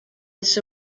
this